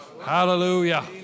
Hallelujah